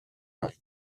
right